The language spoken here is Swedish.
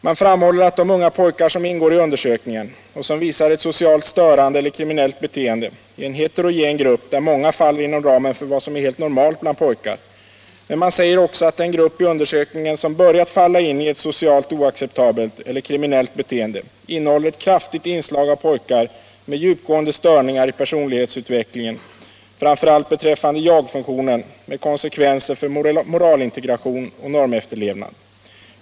Man framhåller att de unga pojkar som ingår i undersökningen och som visar ett socialt störande eller kriminellt beteende är en heterogen grupp, där många faller inom ramen för vad som är helt normalt bland pojkar. Men man säger också att den grupp i undersökningen som börjat falla in i ett socialt oacceptabelt eller kriminellt beteende innehåller ett kraftigt inslag av pojkar med djupgående störningar i personlighetsutvecklingen, framför allt beträffande jagfunktionen med konsekvenser för moralintegration och normefterlevnad.